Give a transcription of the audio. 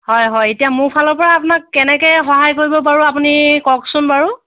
হয় হয় এতিয়া মোৰ ফালৰ পৰা আপোনাক কেনেকৈ সহায় কৰিব পাৰো আপুনি কওকচোন বাৰু